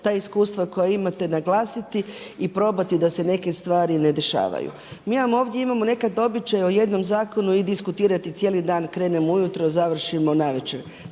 ta iskustva koja imate naglasiti i probati da se neke stvari ne dešavaju. Mi vam ovdje imamo nekada običaj o jednom zakonu diskutirati cijeli dan, krenemo ujutro završimo na večer.